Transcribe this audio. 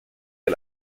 est